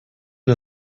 der